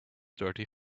dirty